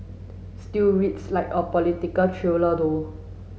still reads like a political thriller though